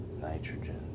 nitrogen